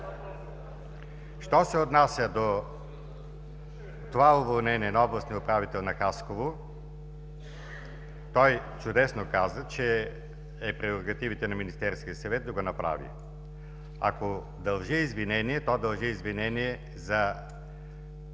Що се отнася до уволнението на областния управител на Хасково, той чудесно каза, че е в прерогативите на Министерския съвет да го направи. Ако дължа извинение, то го дължа за